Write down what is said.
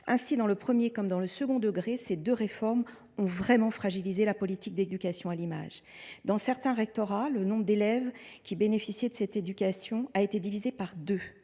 Ainsi, dans le premier comme dans le second degré, ces deux réformes ont véritablement fragilisé la politique d’éducation à l’image. Dans certains rectorats, le nombre d’élèves bénéficiant de cette initiation artistique a été divisé par deux.